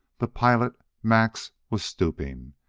the pilot, max, was stooping.